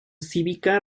cívica